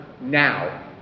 now